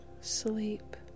sleep